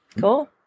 Cool